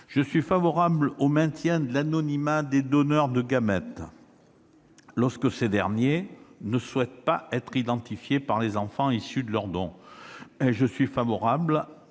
Je suis favorable au maintien de l'anonymat des donneurs de gamètes, lorsque ces derniers ne souhaitent pas être identifiés par les enfants issus de leurs dons, comme je suis favorable